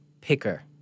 picker